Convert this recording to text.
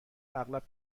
اغلب